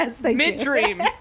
Mid-dream